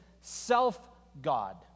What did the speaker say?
self-God